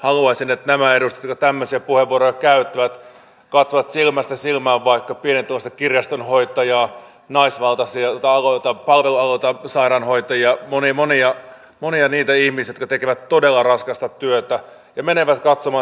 haluaisin että nämä edustajat jotka tämmöisiä puheenvuoroja käyttävät menevät katsomaan silmästä silmään vaikka pienituloista kirjastonhoitajaa naisvaltaisilta aloilta palvelualoilta sairaanhoitajia niitä monia ihmisiä jotka tekevät todella raskasta työtä ja sanovat